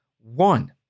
one